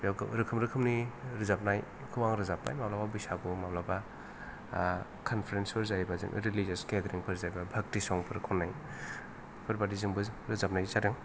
बेयाव रोखोम रोखोमनि रोजाबनायखौ आं रोजाबबाय माब्लाबा बैसागु माब्लाबा कनपारेन्स फोर जायोबा जों रिलिजिआस गेडारिं फोर जायोब्ला भाक्ति सं फोर खन्नाय फोरबादि जोंबो रोजाबनाय जादों